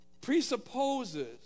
Presupposes